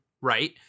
right